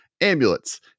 Amulets